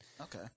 Okay